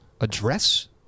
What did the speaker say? address